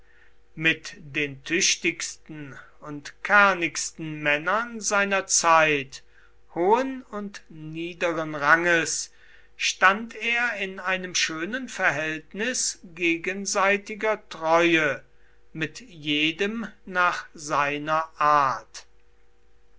mit den tüchtigsten und kernigsten männern seiner zeit hohen und niederen ranges stand er in einem schönen verhältnis gegenseitiger treue mit jedem nach seiner art